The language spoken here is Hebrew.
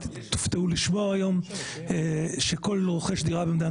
תופתעו לשמוע היום שכל רוכש דירה במדינת